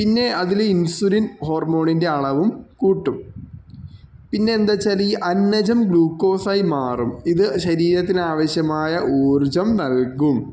പിന്നെ അതിൽ ഇൻസുലിൻ ഹോർമോണിൻ്റെ അളവും കൂട്ടും പിന്നെ എന്താണ് വച്ചാൽ ഈ അന്നജം ഗ്ലൂക്കോസായി മാറും ഇത് ശരീരത്തിനാവശ്യമായ ഊർജ്ജം നൽകും